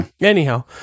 Anyhow